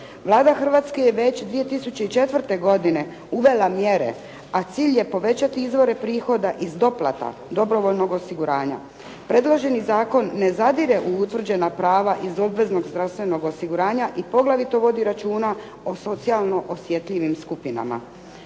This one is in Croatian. Vlada Hrvatske je već 2004. godine uvela mjere a cilj je povećati izvore prihoda iz doplata dobrovoljnog osiguranja. Predloženi zakon ne zadire u utvrđena prava iz obveznog zdravstvenog osiguranja i poglavito vodi računa o socijalno osjetljivim skupinama.